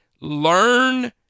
learn